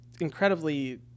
incredibly